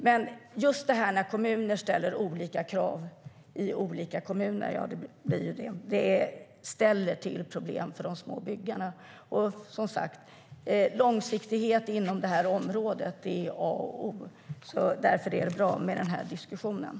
Men när olika kommuner ställer olika krav ställer det till problem för de små byggarna. Som sagt är långsiktighet A och O inom det här området. Därför är det bra med den här diskussionen.